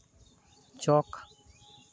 ᱪᱚᱠ